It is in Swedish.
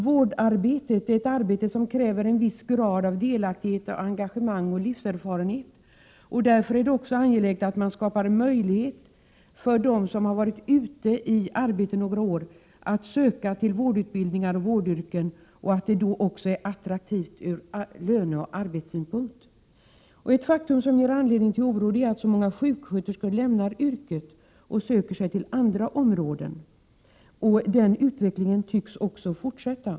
Vården är ett arbete som kräver en viss grad av delaktighet, engagemang och livserfarenhet. Därför är det också angeläget att man skapar möjlighet för dem som varit ute i arbetslivet några år att söka sig till vårdutbildningar och vårdyrken. Det kan ske genom att dessa yrken blir attraktiva ur löneoch arbetssynpunkt. Ett faktum som ger anledning till oro är att så många sjuksköterskor lämnar yrket och söker sig till andra områden. Den utvecklingen tycks fortsätta.